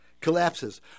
Collapses